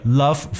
love